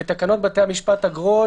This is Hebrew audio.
בתקנות בתי משפט (אגרות),